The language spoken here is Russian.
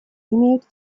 имеют